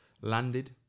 Landed